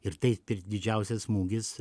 ir tai per didžiausias smūgis